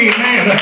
Amen